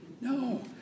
No